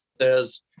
says